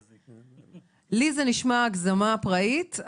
לי זה נשמע הגזמה פראית.